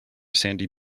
sandy